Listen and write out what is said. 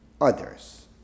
others